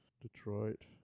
Detroit